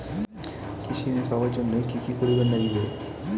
কৃষি ঋণ পাবার জন্যে কি কি করির নাগিবে?